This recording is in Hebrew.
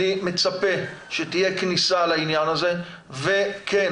אני מצפה שתהיה כניסה לעניין הזה וכן,